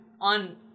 on